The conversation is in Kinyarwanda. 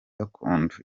gakondo